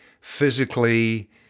physically